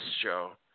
show